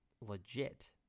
Legit